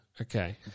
okay